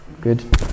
Good